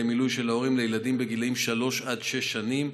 למילוי של הורים לילדים בגיל שלוש עד שש שנים.